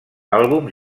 àlbums